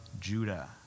Judah